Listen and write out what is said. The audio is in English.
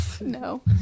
No